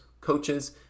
coaches